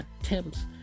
attempts